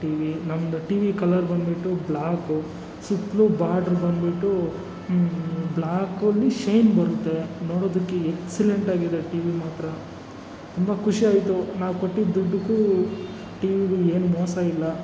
T V ನಮ್ದು T V colour ಬನ್ಬಿಟ್ಟು black ಸುತ್ತಲೂ ಬಾಡ್ರು ಬನ್ಬಿಟ್ಟು ಬ್ಲ್ಯಾಕಲ್ಲಿ ಶೈನ್ ಬರುತ್ತೆ ನೋಡೋದಕ್ಕೆ ಎಕ್ಸೆಲೆಂಟಾಗಿದೆ ಟಿ ವಿ ಮಾತ್ರ ತುಂಬ ಖುಷಿ ಆಯಿತು ನಾವು ಕೊಟ್ಟಿದ್ದ ದುಡ್ಡಿಗೂ ಟಿ ವಿಗೂ ಏನು ಮೋಸ ಇಲ್ಲ